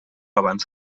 abans